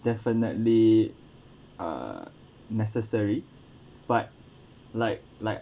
definitely uh necessary but like like